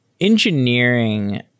engineering